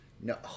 No